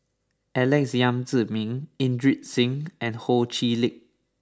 Alex Yam Ziming Inderjit Singh and Ho Chee Lick